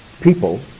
people